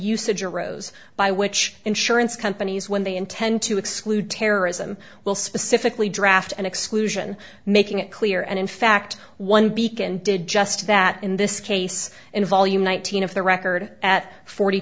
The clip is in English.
usage arose by which insurance companies when they intend to exclude terrorism will specifically draft an exclusion making it clear and in fact one beacon did just that in this case in volume nineteen of the record at forty